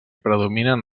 predominen